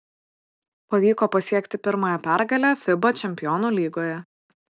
pavyko pasiekti pirmąją pergalę fiba čempionų lygoje